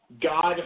God